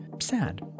sad